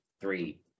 three